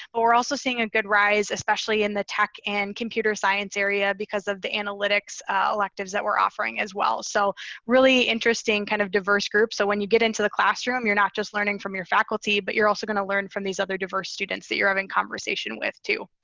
but we're also seeing a good rise, especially in the tech and computer science area because of the analytics electives that we're offering as well. so really interesting kind of diverse groups. so when you get into the classroom, you're just learning from your faculty. but you're also gonna learn from these other diverse students that you're having conversation with, too.